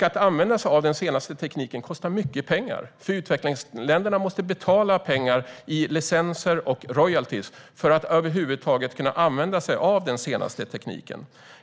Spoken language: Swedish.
Att använda sig av den senaste tekniken kostar mycket pengar, för utvecklingsländerna måste betala pengar i licenser och royaltyer för att över huvud taget kunna använda sig av den senaste tekniken.